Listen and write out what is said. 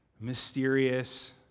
mysterious